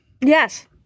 Yes